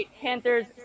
Panthers